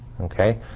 Okay